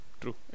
true